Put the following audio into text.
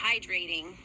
hydrating